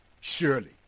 Surely